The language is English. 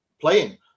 playing